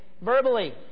verbally